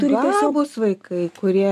gabūs vaikai kurie